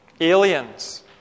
aliens